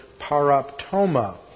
paraptoma